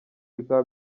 bikaba